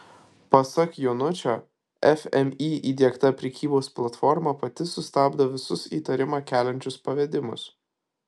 pasak jonučio fmį įdiegta prekybos platforma pati sustabdo visus įtarimą keliančius pavedimus